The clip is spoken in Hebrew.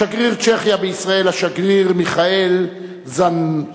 שגריר צ'כיה בישראל לשעבר, השגריר מיכאל זנטובסקי,